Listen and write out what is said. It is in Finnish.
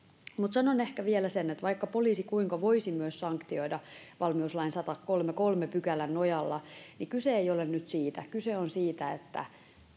sanon ehkä vielä sen että vaikka poliisi kuinka voisi myös sanktioida valmiuslain sadannenkolmannenkymmenennenkolmannen pykälän nojalla niin kyse ei ole nyt siitä kyse on siitä että